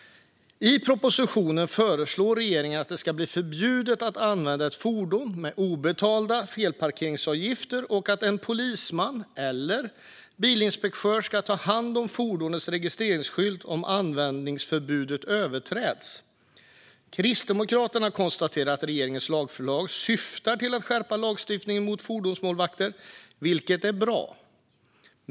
I propositionen föreslår regeringen att det ska bli förbjudet att använda ett fordon med obetalda felparkeringsavgifter och att en polisman eller en bilinspektör ska ta hand om fordonets registreringsskyltar om användningsförbudet överträds. Kristdemokraterna konstaterar att regeringens lagförslag syftar till att skärpa lagstiftningen mot fordonsmålvakter, vilket är bra.